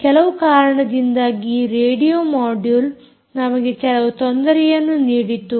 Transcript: ಕೆಲವು ಕಾರಣದಿಂದಾಗಿ ಈ ರೇಡಿಯೊ ಮೊಡ್ಯುಲ್ ನಮಗೆ ಕೆಲವು ತೊಂದರೆಯನ್ನು ನೀಡಿತು